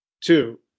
Two